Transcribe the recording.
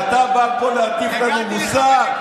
אל תתייחס אליו, אדוני השר.